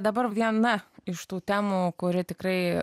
dabar viena iš tų temų kuri tikrai